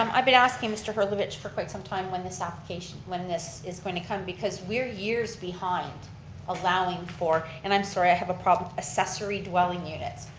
um i've been asking mr. herlovich for quite some time when this application, when this is going to come, because we're years behind allowing for, and i'm sorry i have a problem, accessory dwelling units,